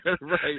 right